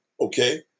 okay